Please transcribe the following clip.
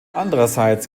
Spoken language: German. andererseits